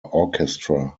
orchestra